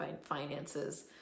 finances